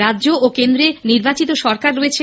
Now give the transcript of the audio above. রাজ্য ও কেন্দ্রে নির্বাচিত সরকার রয়েছে